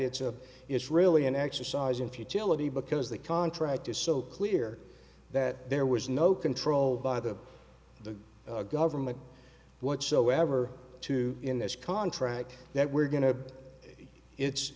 it's a it's really an exercise in futility because the contract is so clear that there was no control by the the government whatsoever to in this contract that we're going to it's